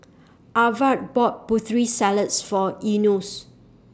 Aarav bought Putri Salad For Enos